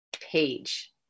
page